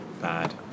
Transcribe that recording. bad